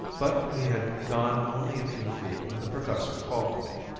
but we had gone only a few feet when the professor called to me.